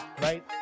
right